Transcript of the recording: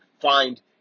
find